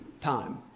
time